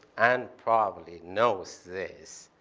anne probably knows this.